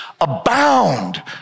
abound